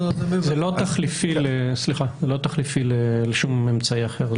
זה לא תחליפי לשום אמצעי אחר.